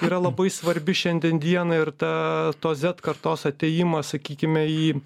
yra labai svarbi šiandien dienai ir ta tos zet kartos atėjimas sakykime į